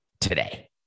today